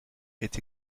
est